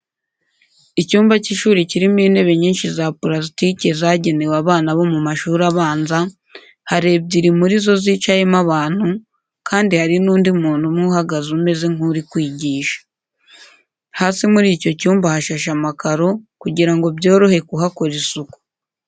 Icyumba cy’ishuri kirimo intebe nyinshi za purasitike zagenewe abana bo mu mashuri abanza, hari ebyiri muri zo zicayemo abantu kandi hari n’undi muntu umwe uhagaze umeze nk’uri kwigisha. Hasi muri icyo cyumba hashashe amakaro kugira ngo byorohe kuhakora isuku.